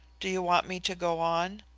do you want me to go on?